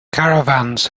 caravans